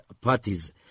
parties